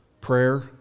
prayer